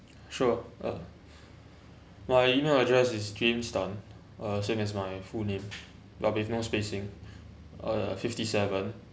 sure uh my email address is james tan uh same as my full name but with no spacing uh fifty seven